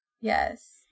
Yes